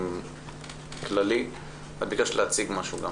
את גם ביקשת להציג משהו.